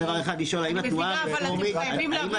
אני מבינה אבל אתם חייבים להבין,